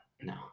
No